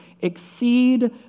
exceed